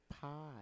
pie